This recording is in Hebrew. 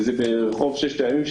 ברחוב ששת הימים,